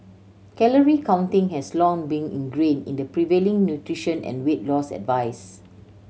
calorie counting has long been ingrained in the prevailing nutrition and weight loss advice